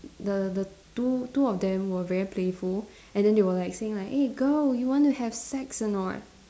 the the two two of them were very playful and then they were like saying like eh girl you want to have sex or not